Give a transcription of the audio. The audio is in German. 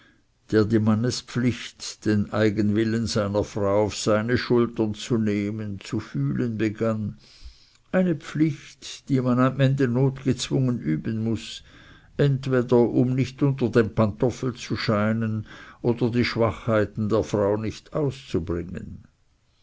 der die mannespflicht den eigenwillen seiner frau auf seine schultern zu nehmen zu fühlen begann eine pflicht die man am ende notgezwungen üben muß entweder um nicht unter dem pantoffel zu scheinen oder die schwachheiten der frau nicht auszubringen